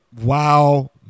WoW